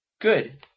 Good